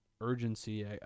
urgency